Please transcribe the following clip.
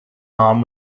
arm